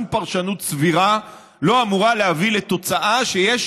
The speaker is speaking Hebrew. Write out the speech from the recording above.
שום פרשנות סבירה לא אמורה להביא לתוצאה שיש